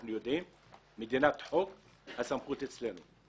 אנחנו מדינת חוק והסמכות אצלנו.